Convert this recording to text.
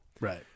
Right